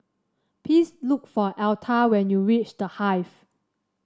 please look for Altha when you reach The Hive